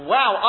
Wow